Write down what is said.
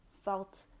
felt